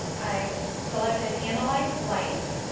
i've selected analyze light.